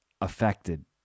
affected